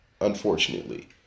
unfortunately